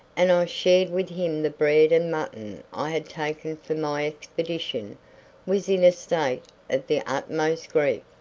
and i shared with him the bread and mutton i had taken for my expedition was in a state of the utmost grief.